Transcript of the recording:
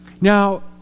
Now